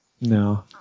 No